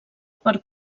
per